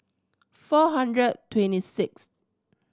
four hundred twenty sixth